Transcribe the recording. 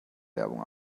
bewerbung